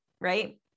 right